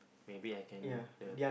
maybe I can the